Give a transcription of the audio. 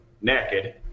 naked